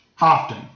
often